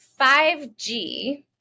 5G